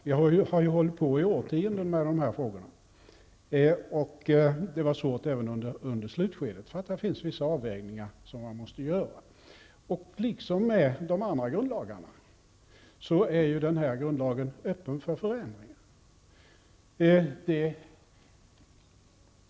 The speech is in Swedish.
Vi har hållit på med dessa frågor i årtionden. Det var svårt även under slutskedet, eftersom det fanns vissa avvägningar som man måste göra. Liksom när det gäller de andra grundlagarna är denna grundlag öppen för förändringar.